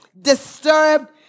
disturbed